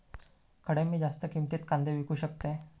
खडे मी जास्त किमतीत कांदे विकू शकतय?